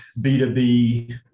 B2B